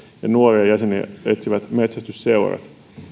ja nuoria jäseniä etsivät metsästysseurat